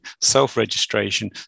self-registration